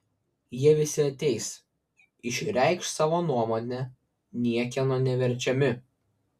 jie visi ateis išreikš savo nuomonę niekieno neverčiami